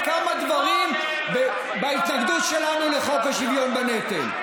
על כמה דברים בהתנגדות שלנו לחוק השוויון בנטל.